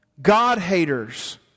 God-haters